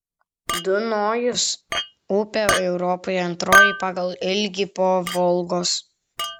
dunojus upė europoje antroji pagal ilgį po volgos